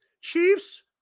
Chiefs